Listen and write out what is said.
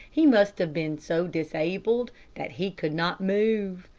he must have been so disabled that he could not move.